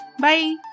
Bye